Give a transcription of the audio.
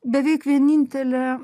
beveik vienintelė